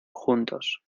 juntos